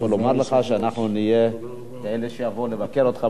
אני יכול לומר לך שאנחנו נבוא לבקר אותך בקרוב.